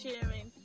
sharing